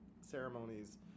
ceremonies